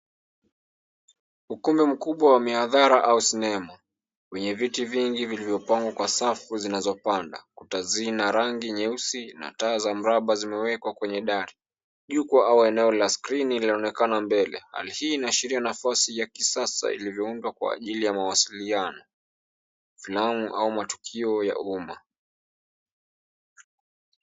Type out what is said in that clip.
Ukumbi mkubwa wa miadhara au sinema, wenye viti vingi vilivyopangwa kwa safu zinazopanda. Kuta zina rangi nyeusi na taa za mramba zimewekwa kwenye dari. Jukwa au eneo la skrini linaonekana mbele. Hali hii inaashiria nafasi ya kisasa ilivyoundwa kwa ajili ya mawasiliano, filamu au matukio ya umma.